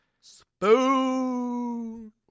Spoon